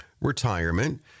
retirement